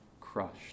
crushed